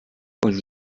und